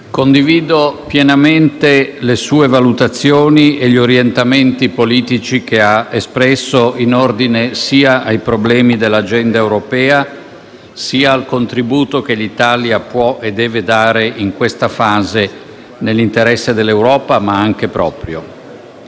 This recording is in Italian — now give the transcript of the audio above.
condivido pienamente le sue valutazioni e gli orientamenti politici che ha espresso in ordine sia ai problemi dell'agenda europea sia al contributo che l'Italia può e deve dare in questa fase nell'interesse dell'Europa ma anche proprio.